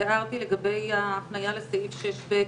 הערה לסעיף 26(א),